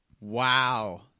Wow